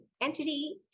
entity